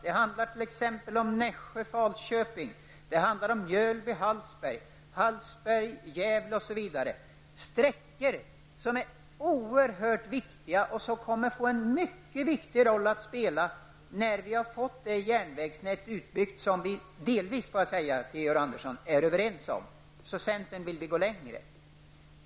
Det rör sig om Nässjö--Falköping, Mjölby--Hallsberg, Hallsberg--Gävle osv. Här gäller det sträckor som är oerhört viktiga och som kommer att spela en mycket stor roll när vi har fått det järnvägsnät utbyggt som vi delvis, Georg Andersson, är överens om. Inom centern vill vi ju gå längre.